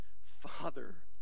Father